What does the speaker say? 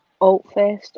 Altfest